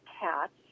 cats